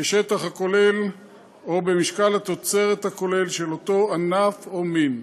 בשטח הכולל או במשקל התוצרת הכולל של אותו ענף או מין.